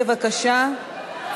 בבקשה.